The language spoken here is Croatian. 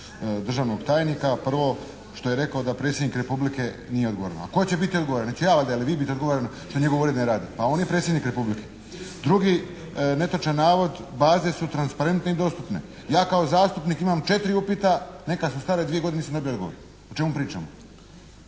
državnog tajnika. Prvo što je rekao da Predsjednik Republike nije odgovoran. A tko će biti odgovoran? Hoća ja ovdje ili vi biti odgovoran što njegov ured ne radi. Pa on je Predsjednik Republike. Drugi netočan navod, baze su transparentne i dostupne. Ja kao zastupnik imam četiri upita, nekada su stajali dvije godine, nisam dobio odgovor. O čemu pričamo?